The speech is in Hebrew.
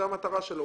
זו המטרה שלו.